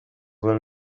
well